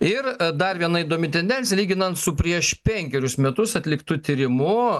ir dar viena įdomi tendencija lyginant su prieš penkerius metus atliktu tyrimu